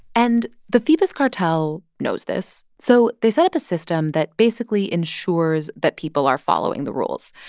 and the phoebus cartel knows this. so they set up a system that, basically, ensures that people are following the rules.